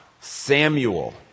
Samuel